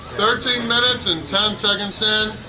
thirteen minutes and ten seconds in.